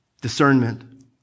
discernment